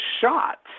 shot